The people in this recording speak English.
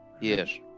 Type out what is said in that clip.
Yes